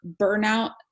burnout